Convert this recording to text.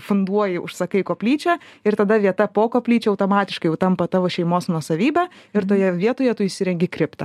funduoji užsakai koplyčią ir tada vieta po koplyčia automatiškai jau tampa tavo šeimos nuosavybe ir toje vietoje tu įsirengi kriptą